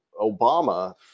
Obama